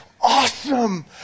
awesome